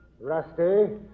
Rusty